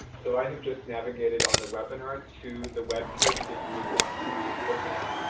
so i've just navigated on the webinar to the web page that you would want to be looking at,